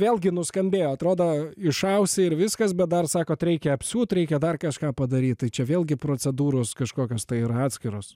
vėlgi nuskambėjo atrodo išausi ir viskas bet dar sakote reikia apsiūt reikia dar kažką padaryt tai čia vėlgi procedūros kažkokios tai yra atskiros